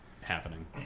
happening